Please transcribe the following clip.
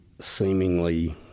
seemingly –